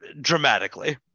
dramatically